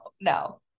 no